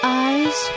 eyes